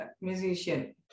musician